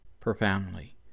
profoundly